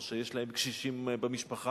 או שיש להם קשישים במשפחה.